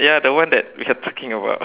ya the one that we are talking about